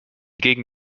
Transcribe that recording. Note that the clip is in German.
gegen